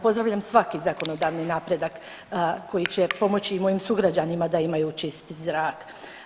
Pozdravljam svaki zakonodavni napredak koji će pomoći mojim sugrađanima da imaju čisti zrak.